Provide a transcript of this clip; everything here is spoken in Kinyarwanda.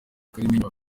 kalimpinya